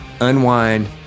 unwind